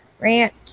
ranch